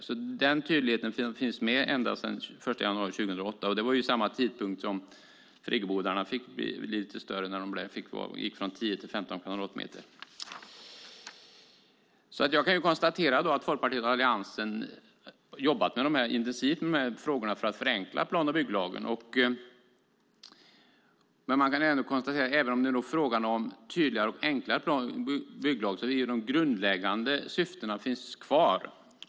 Detta finns tydligt med sedan den 1 januari 2008, och vid samma tidpunkt fick friggebodarna bli lite större i och med att man gick från 10 till 15 kvadratmeter. Jag kan konstatera att Folkpartiet och Alliansen har jobbat intensivt för att förenkla plan och bygglagen. Men även om det nu gäller en tydligare och enklare plan och bygglag kan man konstatera att de grundläggande syftena finns kvar.